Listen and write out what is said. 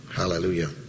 Hallelujah